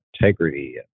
integrity